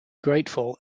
grateful